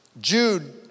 Jude